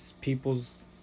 people's